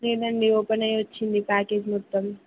లేదండి ఓపెన్ అయ్య వచ్చింది ప్యాకేజ్ మొత్తం